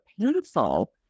painful